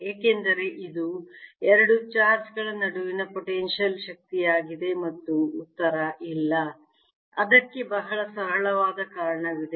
ಏಕೆಂದರೆ ಇದು ಎರಡು ಚಾರ್ಜ್ ಗಳ ನಡುವಿನ ಪೊಟೆನ್ಶಿಯಲ್ ಶಕ್ತಿಯಾಗಿದೆ ಮತ್ತು ಉತ್ತರ ಇಲ್ಲ ಅದಕ್ಕೆ ಬಹಳ ಸರಳವಾದ ಕಾರಣವಿದೆ